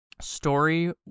story